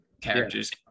characters